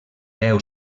deu